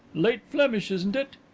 late flemish, isn't it?